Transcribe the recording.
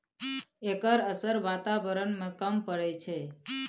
एकर असर बाताबरण में कम परय छै